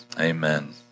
amen